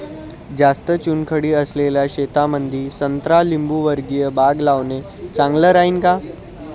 जास्त चुनखडी असलेल्या शेतामंदी संत्रा लिंबूवर्गीय बाग लावणे चांगलं राहिन का?